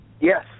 Yes